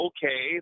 Okay